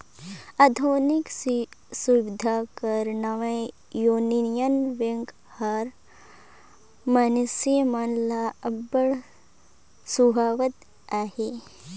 आधुनिक सुबिधा कर नावें युनियन बेंक हर मइनसे मन ल अब्बड़ सुहावत अहे